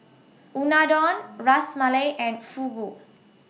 Unadon Ras Malai and Fugu